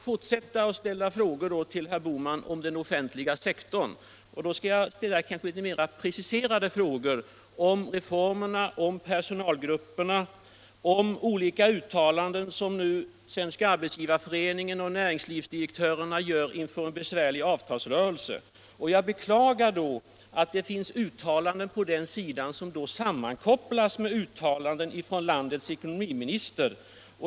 Herr talman! Det verkar meningslöst att fortsätta att ställa frågor till herr Bohman om den offentliga sektorn, eftersom han vägrar att svara. Jag har ställt preciserade frågor om reformerna och om personalgrupperna. Svenska arbetsgivareföreningen och vissa näringslivsdirektörer gör inför en besvärlig avtalsrörelse egendomliga och vulgära angrepp på den offentliga sektorn. Jag beklagar att det finns uttalanden på den sidan som sammankopplas med uttalanden av landets ekonomiminister.